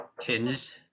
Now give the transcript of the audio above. tinged